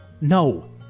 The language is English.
No